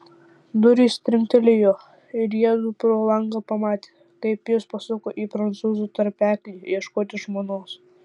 durys trinktelėjo ir jiedu pro langą pamatė kaip jis pasuko į prancūzų tarpeklį ieškoti žmonos